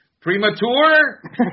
Premature